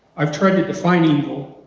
i've tried to define evil